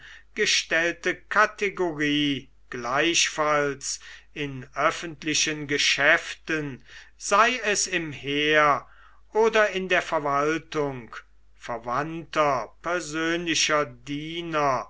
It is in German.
gestellte kategorie gleichfalls in öffentlichen geschäften sei es im heer oder in der verwaltung verwandter persönlicher diener